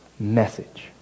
message